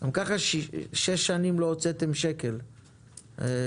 גם ככה שש שנים לא הוצאתם שקל תזרימית,